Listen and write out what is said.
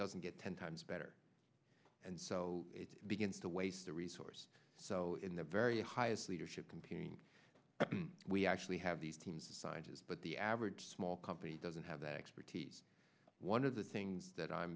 doesn't get ten times better and so it begins to waste a resource so in the very highest leadership computing we actually have these teams scientists but the average small company doesn't have that expertise one of the things that i'm